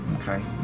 okay